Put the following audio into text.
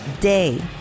day